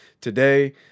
today